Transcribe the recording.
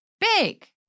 big